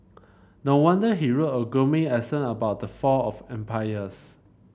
no wonder he wrote a gloomy essay about the fall of empires